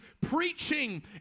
preaching